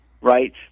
Right